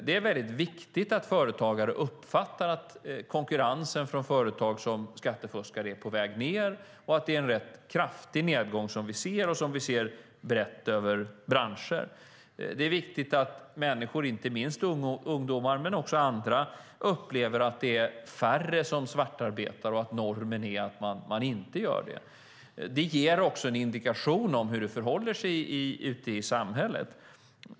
Det är viktigt att företagare uppfattar att konkurrensen från företag som skattefuskar är på väg ned och att det är en rätt kraftig nedgång som vi ser och som vi ser brett över branscher. Det är viktigt att människor, inte minst ungdomar men också andra, upplever att det är färre som svartarbetar och att normen är att man inte gör det. Det ger också en indikation om hur det förhåller sig ute i samhället.